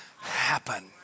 happen